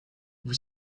vous